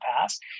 past